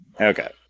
Okay